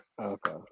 Okay